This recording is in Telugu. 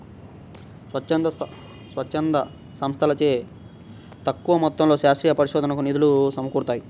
స్వచ్ఛంద సంస్థలచే తక్కువ మొత్తంలో శాస్త్రీయ పరిశోధనకు నిధులు సమకూరుతాయి